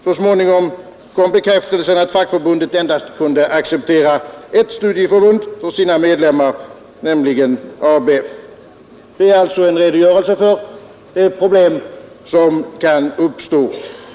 Så småningom kom bekräftelsen att fackförbundet för sina medlemmar endast kunde acceptera ett studieförbund, nämligen ABF. Detta är en redogörelse för ett problem som kan uppstå.